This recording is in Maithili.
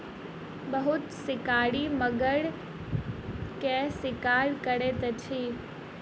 बहुत शिकारी मगर के शिकार करैत अछि